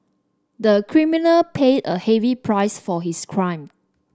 the criminal paid a heavy price for his crime